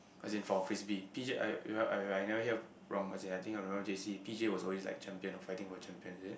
as in for Frisbee P_J I I I remember if I never hear of wrong as in I think I remember J_C P_J was always like champion or fighting for champion is it